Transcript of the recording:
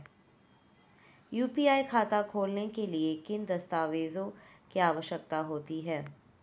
UPI खाता खोलने के लिए किन दस्तावेज़ों की आवश्यकता होती है?